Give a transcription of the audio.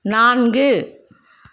நான்கு